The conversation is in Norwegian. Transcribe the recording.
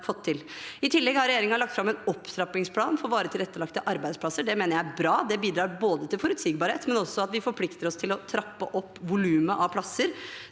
I tillegg har regjeringen lagt fram en opptrappingsplan for varig tilrettelagte arbeidsplasser. Det mener jeg er bra. Det bidrar til forutsigbarhet, men også til at vi forplikter oss til